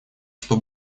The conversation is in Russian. что